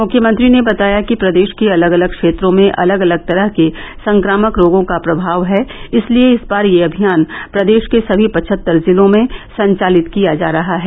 मुख्यमंत्री ने बताया कि प्रदेष के अलग अलग क्षेत्रों में अलग अलग तरह के संक्रामक रोगों का प्रभाव है इसलिये इस बार यह अभियान प्रदेष के सभी पचहत्तर जिलों में संचालित किया जा रहा है